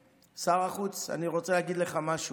שר החוץ אלי, שר החוץ, אני רוצה להגיד לך משהו.